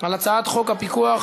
על הצעת חוק הפיקוח.